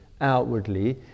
outwardly